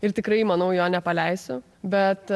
ir tikrai manau jo nepaleisiu bet